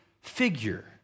figure